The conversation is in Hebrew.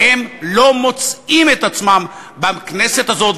והם לא מוצאים את עצמם בכנסת הזאת,